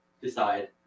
decide